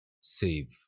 save